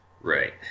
right